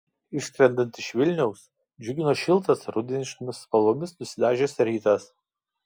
išskrendant iš vilniaus džiugino šiltas rudeniškomis spalvomis nusidažęs rytas